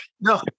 no